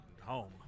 home